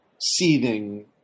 seething